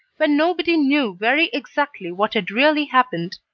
when nobody knew very exactly what had really happened.